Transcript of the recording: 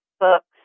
books